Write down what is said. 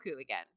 again